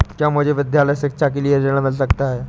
क्या मुझे विद्यालय शिक्षा के लिए ऋण मिल सकता है?